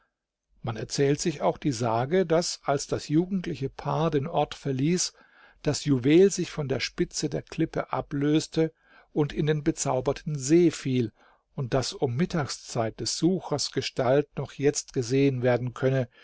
man erzählt sich auch die sage daß als das jugendliche paar den ort verließ das juwel sich von der spitze der klippe ablöste und in den bezauberten see fiel und daß um mittagszeit des suchers gestalt noch jetzt gesehen werden könne